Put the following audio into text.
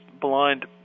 blind